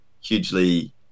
hugely